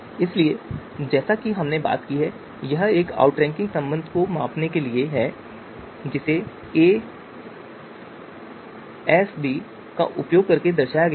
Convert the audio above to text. इसलिए जैसा कि हमने बात की है यह एक आउटरैंकिंग संबंध को मापने के लिए है जिसे aSb का उपयोग करके दर्शाया गया है